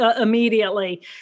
immediately